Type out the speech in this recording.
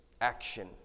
action